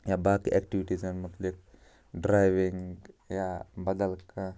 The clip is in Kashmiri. یا باقٕے ایکٹوٗٹیٖزَن متعلِق ڈرٛاوِنٛگ یا بدل کانٛہہ